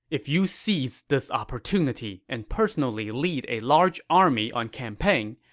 if you seize this opportunity and personally lead a large army on campaign,